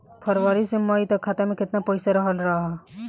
फरवरी से मई तक खाता में केतना पईसा रहल ह?